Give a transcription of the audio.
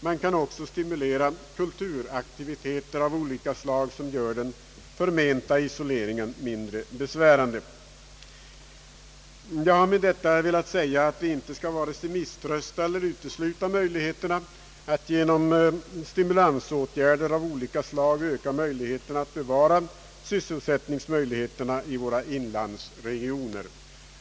Man kan också stimulera kulturaktiviteter av olika slag, som gör den förmenta isoleringen mindre besvärande. Jag har med detta velat säga, att vi inte skall vare sig misströsta eller utesluta möjligheten att genom stimulansåtgärder av skilda slag öka möjligheten att bevara sysselsättningstillfällena i våra inlandsregioner.